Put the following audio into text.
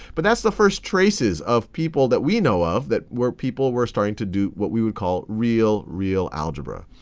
but that's the first traces of people that we know of that where people were starting to do what we would call real, real algebra.